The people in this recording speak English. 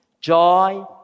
joy